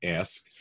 ask